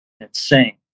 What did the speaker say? insane